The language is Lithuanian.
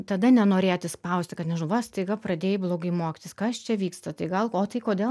tada nenorėti spausti kad nežinau va staiga pradėjai blogai mokytis kas čia vyksta tai gal o tai kodėl